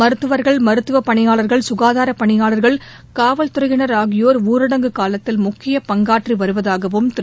மருத்துவா்கள் மருத்துவப் பணியாளா்கள் சுகாதாரப் பணியாளா்கள் காவல்துறையினா் ஆகியோா் ஊரடங்கு காலத்தில் முக்கிய பங்காற்றி வருவதாகவும் திரு